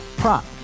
prop